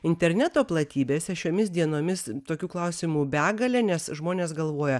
interneto platybėse šiomis dienomis tokių klausimų begalė nes žmonės galvoja